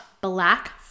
Black